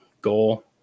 goal